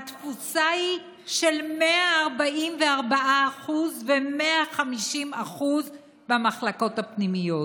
התפוסה היא של 144%, ו-150% במחלקות הפנימיות.